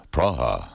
Praha